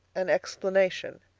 an explanation.